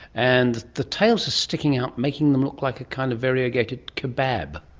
and the tails are sticking out, making them look like a kind of variegated kebab.